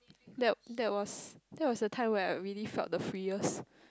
that that was that was the time when I really felt the free-est